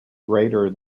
greater